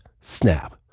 snap